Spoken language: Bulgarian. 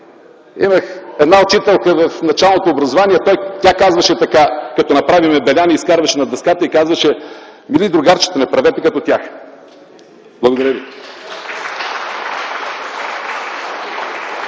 Имах една учителка в началното образование, която, като направим беля, ни изкарваше на дъската и казваше: „Мили другарчета, не правете като тях!”. Благодаря ви.